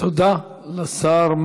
תודה לשר.